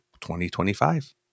2025